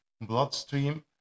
bloodstream